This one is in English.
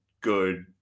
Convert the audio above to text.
good